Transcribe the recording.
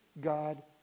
God